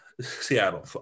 Seattle